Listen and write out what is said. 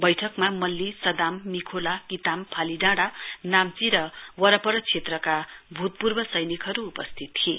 बैठकमा मल्लीसदानमिखोलाकिताम फाली डाँडा नाम्ची र वरपर क्षेत्रका भूतपूर्व सैनिकहरु उपस्थित थिए